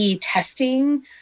testing